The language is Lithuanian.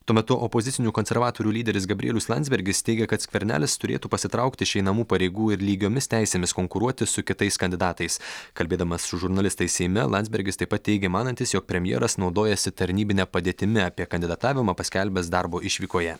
tuo metu opozicinių konservatorių lyderis gabrielius landsbergis teigė kad skvernelis turėtų pasitraukti iš einamų pareigų ir lygiomis teisėmis konkuruoti su kitais kandidatais kalbėdamas su žurnalistais seime landsbergis taip pat teigė manantis jog premjeras naudojasi tarnybine padėtimi apie kandidatavimą paskelbęs darbo išvykoje